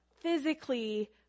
physically